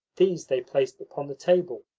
these they placed upon the table,